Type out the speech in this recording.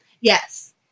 Yes